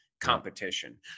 competition